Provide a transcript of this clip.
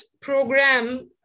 program